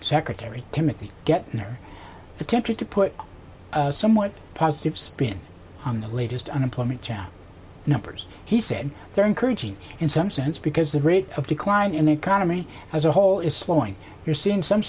secretary timothy getting or attempted to put a somewhat positive spin on the latest unemployment numbers he said they're encouraging in some sense because the rate of decline in the economy as a whole is slowing you're seeing some